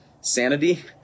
sanity